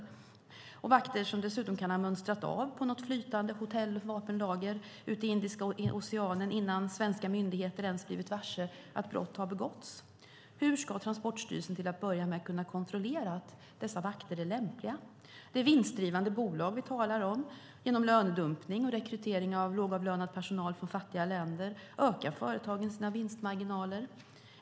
Det är vakter som dessutom kan ha mönstrat av på något flytande hotell eller vapenlager i Indiska oceanen innan svenska myndigheter ens blivit varse att brott har begåtts. Hur ska Transportstyrelsen till att börja med kunna kontrollera att dessa vakter är lämpliga? Det är vinstdrivande bolag vi talar om. Genom lönedumpning och rekrytering av lågavlönad personal från fattiga länder ökar företagen sina vinstmarginaler.